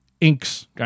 Inks